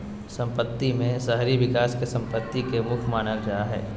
सम्पत्ति में शहरी विकास के सम्पत्ति के मुख्य मानल जा हइ